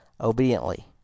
obediently